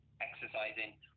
exercising